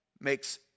makes